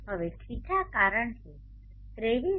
હવે δ કારણ કે 23